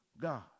God